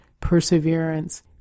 perseverance